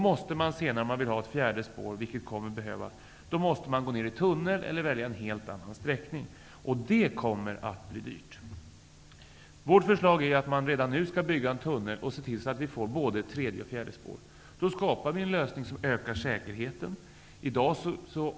När man vill ha ett fjärde spår, vilket kommer att behövas, måste man gå ner i tunnel eller välja en helt annan sträckning, och det kommer att bli dyrt. Vårt förslag är att man redan nu skall bygga en tunnel och se till att vi får både ett tredje och ett fjärde spår. Då skapar vi en lösning som ökar säkerheten.